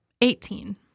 Eighteen